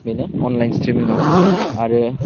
बेनो अनलाइन स्ट्रेमिङाव आरो